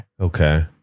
Okay